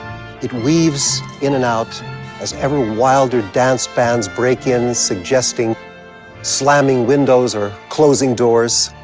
it weaves in and out as ever wilder dance bands break in, suggesting slamming windows or closing doors.